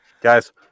guys